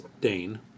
Dane